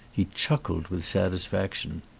he chuckled with satisfaction.